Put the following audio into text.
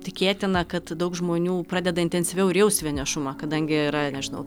tikėtina kad daug žmonių pradeda intensyviau ir jaust vienišumą kadangi yra nežinau